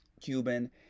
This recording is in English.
Cuban